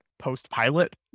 post-pilot